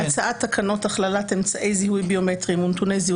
הצעת תקנות הכללת אמצעי זיהוי ביומטריים ונתוני זיהוי